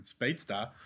speedstar